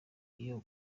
iyo